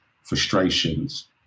frustrations